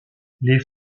les